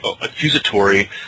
accusatory